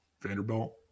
Vanderbilt